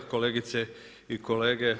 Kolegice i kolege.